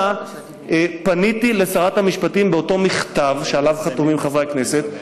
אלא פניתי לשרת המשפטים באותו מכתב שעליו חתומים חברי הכנסת.